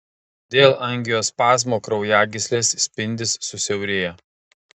dėl angiospazmo kraujagyslės spindis susiaurėja